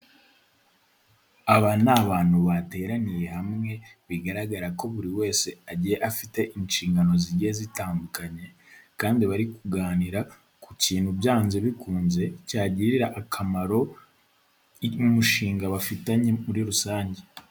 Aba ni abantu bateraniye hamwe bigaragara ko buri wese agiye afite inshingano zigiye zitandukanye kandi bari kuganira ku kintu byanze bikunze cyagirira akamaro umushinga bafitanye muri rusange.